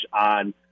on